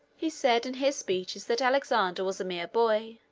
he said in his speeches that alexander was a mere boy,